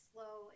Slow